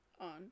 on